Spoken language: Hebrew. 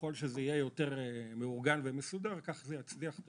ככל שזה יהיה יותר מאורגן ומסודר, כך זה יצליח.